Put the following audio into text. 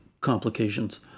complications